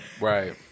Right